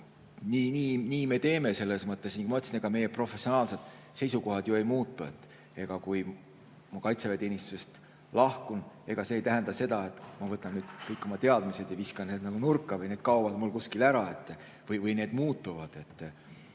Nii me teeme. Nagu ma ütlesin, ega meie professionaalsed seisukohad ju ei muutu. Kui ma kaitseväeteenistusest lahkun, ega see ei tähenda seda, et ma võtan kõik oma teadmised ja viskan need nurka või need kaovad mul kuskile ära või need muutuvad.